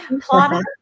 plotter